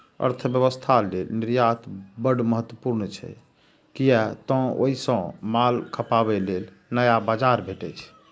अर्थव्यवस्था लेल निर्यात बड़ महत्वपूर्ण छै, कियै तं ओइ सं माल खपाबे लेल नया बाजार भेटै छै